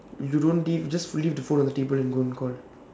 if you don't leave you just leave the phone on the table and don't call